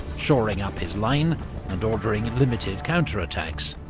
shoring up his line and ordering limited counterattacks.